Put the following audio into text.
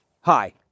Hi